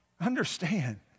Understand